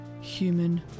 human